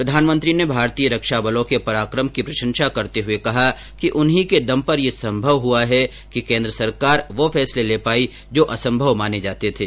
प्रधानमंत्री ने भारतीय रक्षा बलों के पराक्रम की प्रशंसा करते हुए कहा कि उन्हीं के दम पर ये सम्भव हुआ है कि केन्द्र सरकार वो फैसले ले पायी जो असम्भव माने जाते थे